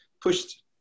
pushed